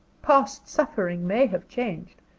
past suffering may have changed,